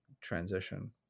transition